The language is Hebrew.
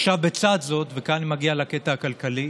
עכשיו, בצד זאת, וכאן אני מגיע לקטע הכלכלי,